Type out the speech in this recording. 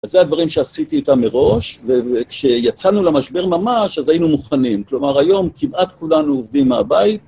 אז זה הדברים שעשיתי אותם מראש, וכשיצאנו למשבר ממש, אז היינו מוכנים. כלומר, היום כמעט כולנו עובדים מהבית.